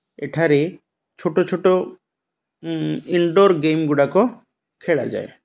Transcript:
ଏଠାରେ ଛୋଟ ଛୋଟ ଇନ୍ଡ଼ୋର୍ ଗେମ୍ଗୁଡ଼ାକ ଖେଳାଯାଏ